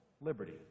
liberty